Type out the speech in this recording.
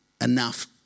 enough